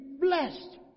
blessed